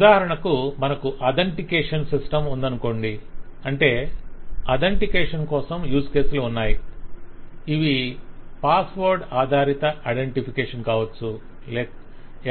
ఉదాహరణకు మనకు authentication system ఉందనుకోండి అంటే అథెంటికేషన్ కోసం యూజ్ కేసులు ఉన్నాయి ఇవి పాస్వర్డ్ ఆధారిత అథెంటికేషన్ కావచ్చు